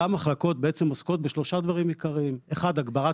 אותן מחלקות עוסקות בשלושה דברים עיקריים: 1. הגברת